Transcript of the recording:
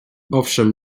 owszem